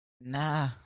nah